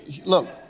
look